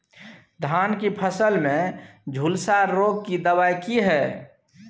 धान की फसल में झुलसा रोग की दबाय की हय?